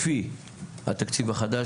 לפי התקציב החדש,